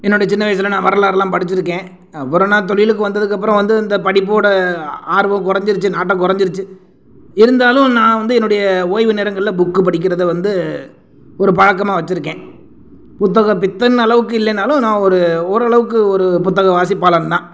என்னோடைய சின்ன வயசில் நான் வரலாறுலாம் படிச்சுருக்கேன் அப்புறம் நான் தொழிலுக்கு வந்ததுக்கப்புறம் வந்து இந்த படிப்போட ஆர்வம் குறஞ்சிருச்சு நாட்டம் குறஞ்சிருச்சி இருந்தாலும் நான் வந்து என்னுடைய ஓய்வு நேரங்களில் புக்கு படிக்கிறத வந்து ஒரு பழக்கமாக வச்சுருக்கேன் புத்தக பித்தன் அளவுக்கு இல்லைனாலும் நான் ஒரு ஓரளவுக்கு ஒரு புத்தக வாசிப்பாளன் தான்